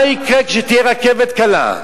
מה יקרה כשתהיה רכבת קלה?